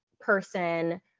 person